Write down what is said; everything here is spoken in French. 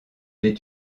des